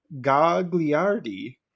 Gagliardi